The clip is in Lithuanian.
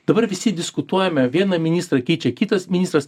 dabar visi diskutuojame vieną ministrą keičia kitas ministras